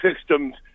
systems